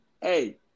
Hey